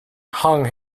hung